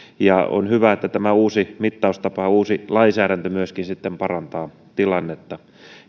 on hyvä että tämä uusi mittaustapa ja uusi lainsäädäntö sitten myöskin parantavat tilannetta